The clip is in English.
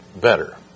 better